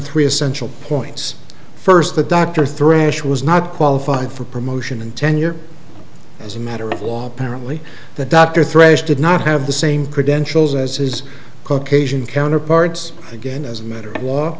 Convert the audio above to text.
three essential points first the doctor thrash was not qualified for promotion and tenure as a matter of law apparently the doctor thrashed did not have the same credentials as his caucasian counterparts again as a matter of law